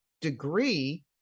degree